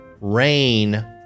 rain